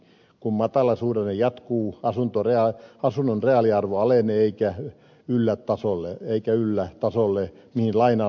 kun matalasuhdanne jatkuu asunnon reaaliarvo alenee eikä yllä tasolle minkä mukaan laina on otettu